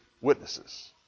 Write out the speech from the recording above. witnesses